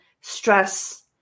stress